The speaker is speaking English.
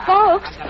Folks